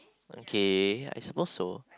okay I suppose so